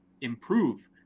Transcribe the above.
improve